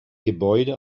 gebäude